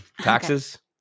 Taxes